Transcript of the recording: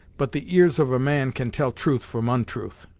but the ears of a man can tell truth from ontruth.